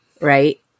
right